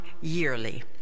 yearly